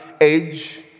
age